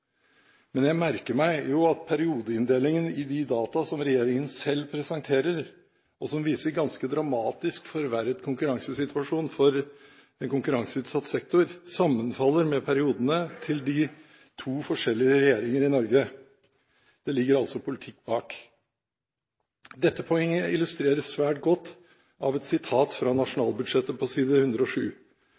Men jeg merker meg jo at periodeinndelingen i de data som regjeringen selv presenterer, og som viser en ganske dramatisk forverret konkurransesituasjon for konkurranseutsatt sektor, sammenfaller med periodene til to forskjellige regjeringer i Norge. Det ligger altså politikk bak! Dette poenget illustreres svært godt av et sitat fra nasjonalbudsjettet på side 107.